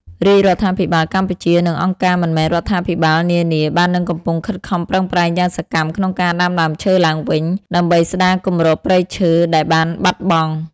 រាជរដ្ឋាភិបាលកម្ពុជា និងអង្គការមិនមែនរដ្ឋាភិបាលនានា បាននិងកំពុងខិតខំប្រឹងប្រែងយ៉ាងសកម្មក្នុងការដាំដើមឈើឡើងវិញ ដើម្បីស្ដារគម្របព្រៃឈើដែលបានបាត់បង់។